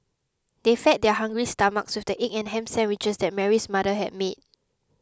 they fed their hungry stomachs with the egg and ham sandwiches that Mary's mother had made